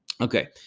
Okay